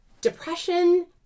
depression